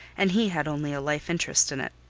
and he had only a life-interest in it.